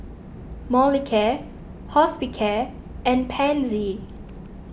Molicare Hospicare and Pansy